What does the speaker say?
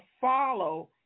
follow